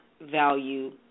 value